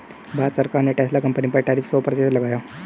भारत सरकार ने Tesla company पर टैरिफ सो प्रतिशत लगाया